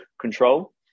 control